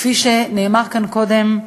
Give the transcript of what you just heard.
כפי שנאמר כאן קודם,